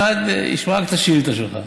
אחד ישמע רק את השאילתה שלך,